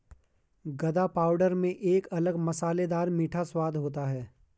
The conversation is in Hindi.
गदा पाउडर में एक अलग मसालेदार मीठा स्वाद होता है